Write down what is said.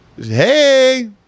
hey